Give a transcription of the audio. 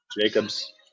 Jacobs